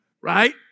right